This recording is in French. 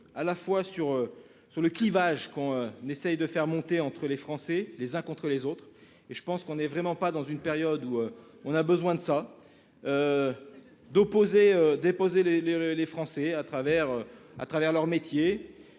à la fois sur sur le clivage qu'on n'essaie de faire monter entre les Français les uns contre les autres et je pense qu'on est vraiment pas dans une période où on a besoin de ça. D'opposer déposer les les les Français à travers, à travers